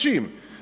Čim?